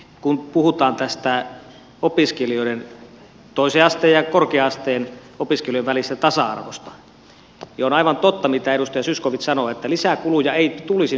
kun puhutaan tästä opiskelijoiden toisen asteen ja korkea asteen opiskelijoiden välisestä tasa arvosta niin on aivan totta mitä edustaja zyskowicz sanoo että lisää kuluja ei tulisi nyt aiheuttaa